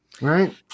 Right